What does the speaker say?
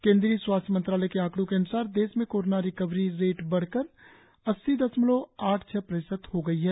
केद्रीय स्वास्थ्य मंत्रालय के आंकड़ो के अन्सार देश में कोरोना रोकवरी रेट बढ़कर अस्सी दशमलव आठ छह प्रतिशत हो गया है